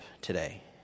today